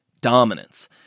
dominance